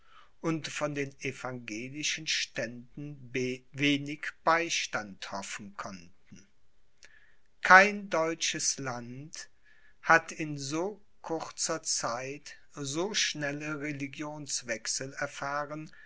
und von den evangelischen ständen wenig beistand hoffen konnten kein deutsches land hat in so kurzer zeit so schnelle religionswechsel erfahren